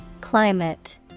Climate